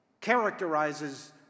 characterizes